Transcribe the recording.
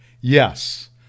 Yes